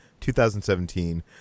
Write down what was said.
2017